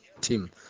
team